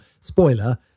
Spoiler